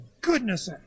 goodness